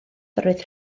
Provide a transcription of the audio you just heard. roedd